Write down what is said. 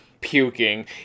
puking